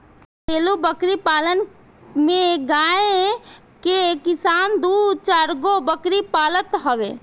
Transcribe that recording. घरेलु बकरी पालन में गांव के किसान दू चारगो बकरी पालत हवे